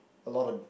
a lot of